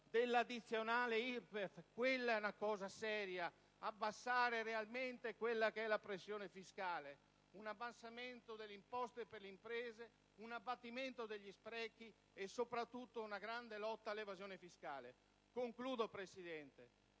dell'addizionale IRPEF, perché quella è una cosa seria: abbassare veramente la pressione fiscale, un abbassamento delle imposte per le imprese, un abbattimento degli sprechi e soprattutto una grande lotta all'evasione fiscale. Concludo, signor